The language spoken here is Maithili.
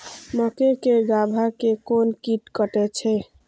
मक्के के गाभा के कोन कीट कटे छे?